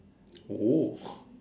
oh